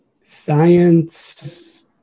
Science